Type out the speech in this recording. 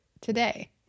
today